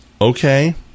Okay